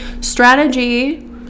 Strategy